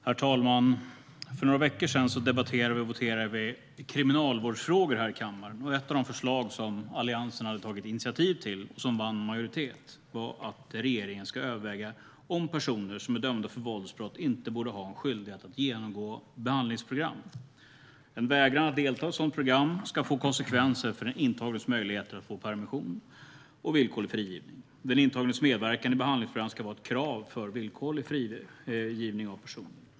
Herr talman! För några veckor sedan debatterade vi och voterade om kriminalvårdsfrågor här i kammaren. Ett av de förslag som Alliansen hade tagit initiativ till och som vann majoritet var att regeringen ska överväga om personer som är dömda för våldsbrott inte borde ha en skyldighet att genomgå behandlingsprogram. En vägran att delta i sådant program ska få konsekvenser för den intagnes möjlighet att få permission och villkorlig frigivning. Den intagnes medverkan i behandlingsprogram ska vara ett krav för villkorlig frigivning av personen.